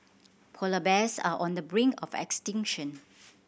polar bears are on the brink of extinction